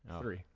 three